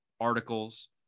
articles